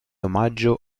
omaggio